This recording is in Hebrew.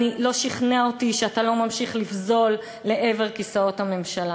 לא שכנע אותי שאתה לא ממשיך לפזול לעבר כיסאות הממשלה.